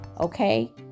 Okay